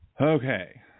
Okay